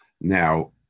Now